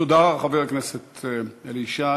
תודה לחבר הכנסת אלי ישי.